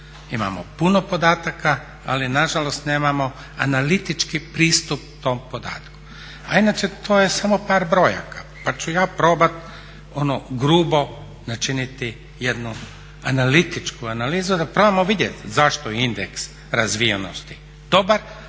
Imamo puno podataka, ali nažalost nemamo analitički pristup tom podatku. A inače to je samo par brojaka, pa ću ja probati ono u grubo načiniti jednu analitičku analizu da probamo vidjeti zašto je indeks razvijenosti dobar,